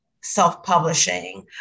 self-publishing